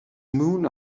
moon